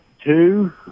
two